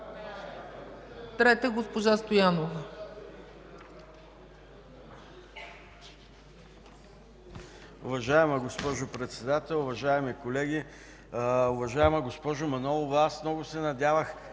Трета – госпожа Стоянова.